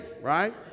right